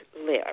live